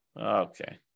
Okay